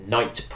Night